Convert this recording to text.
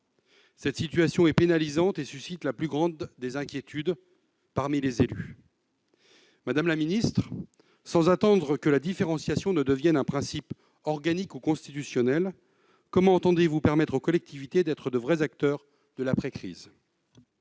Cette situation est pénalisante et suscite la plus grande des inquiétudes parmi les élus. Madame la ministre, sans attendre que la différenciation devienne un principe organique ou constitutionnel, comment entendez-vous permettre aux collectivités d'être de vrais acteurs de l'après-crise ?